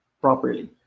properly